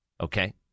Okay